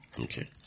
Okay